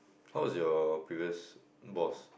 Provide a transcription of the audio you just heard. how's your previous boss